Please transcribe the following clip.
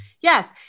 yes